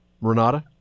Renata